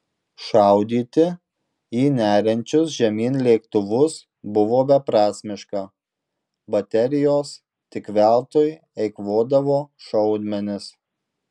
šaudyti į neriančius žemyn lėktuvus buvo beprasmiška baterijos tik veltui eikvodavo šaudmenis